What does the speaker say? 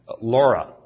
Laura